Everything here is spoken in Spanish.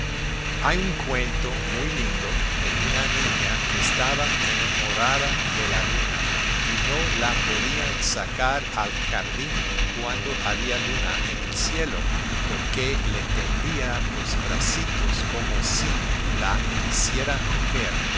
hay un cuento muy lindo de una niña que estaba enamorada de la luna y no la podían sacar al jardín cuando había luna en el cielo porque le tendía los bracitos como si la quisiera coger